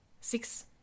Six